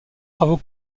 travaux